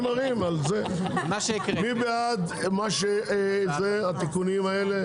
מי בעד התיקונים האלה?